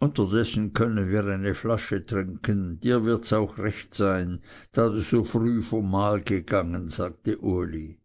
unterdessen können wir eine flasche trinken dir wirds auch recht sein da du so frühe vom mahl gegangen sagte uli